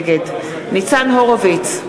נגד ניצן הורוביץ,